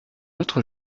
autre